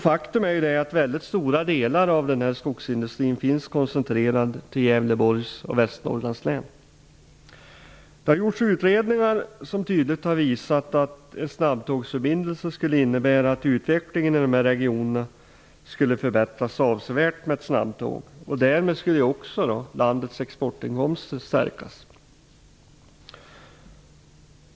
Faktum är att stora delar av skogsindustrin är koncentrerad till Det har gjorts utredningar som tydligt har visat att en snabbtågsförbindelse skulle innebära att utvecklingen i dessa regioner skulle förbättras avsevärt med ett snabbtåg. Därmed skulle också landets exportinkomster stärkas.